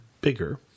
bigger